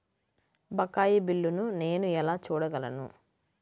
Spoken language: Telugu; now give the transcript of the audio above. బకాయి బిల్లును నేను ఎలా చూడగలను?